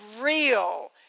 real